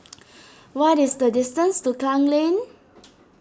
what is the distance to Klang Lane